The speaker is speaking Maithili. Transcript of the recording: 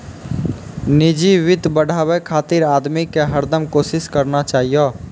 निजी वित्त बढ़ाबे खातिर आदमी के हरदम कोसिस करना चाहियो